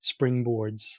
springboards